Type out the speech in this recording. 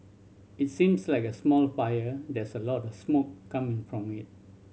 it seems like a small fire there's lot a smoke coming from it